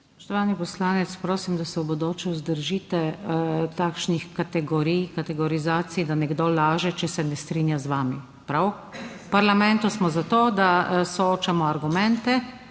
Spoštovani poslanec, prosim, da se v bodoče vzdržite takšnih kategorij, kategorizacij, da nekdo laže, če se ne strinja z vami. Prav? V parlamentu smo zato, da soočamo argumente